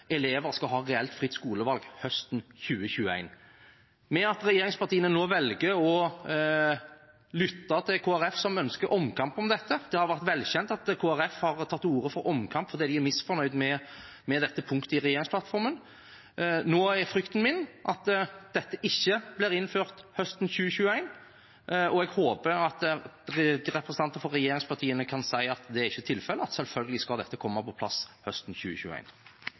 elever skal ha reelt fritt skolevalg høsten 2021. Regjeringspartiene velger nå å lytte til Kristelig Folkeparti, som ønsker omkamp om dette. Det har vært velkjent at Kristelig Folkeparti har tatt til orde for omkamp fordi de er misfornøyd med dette punktet i regjeringsplattformen. Nå er frykten min at dette ikke blir innført høsten 2021, og jeg håper at representanter for regjeringspartiene kan si at det ikke er tilfellet, at selvfølgelig skal dette komme på plass høsten